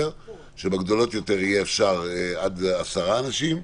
כאשר בגדולות יותר יוכלו להיכנס עד עשרה אנשים.